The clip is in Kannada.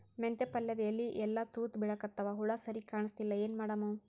ಮೆಂತೆ ಪಲ್ಯಾದ ಎಲಿ ಎಲ್ಲಾ ತೂತ ಬಿಳಿಕತ್ತಾವ, ಹುಳ ಸರಿಗ ಕಾಣಸ್ತಿಲ್ಲ, ಏನ ಮಾಡಮು?